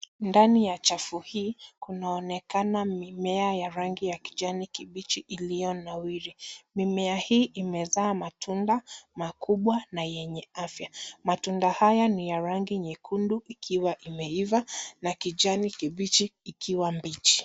Ndani ya chafu hii kunaonekana mimea ya rangi ya kijani kibichi iliyo nawiri. Mimea hii imezaa matunda makubwa na yenye afya. Matunda haya ni ya rangi nyekundu ikiwa imeiva na kijani kibichi ikiwa mbichi.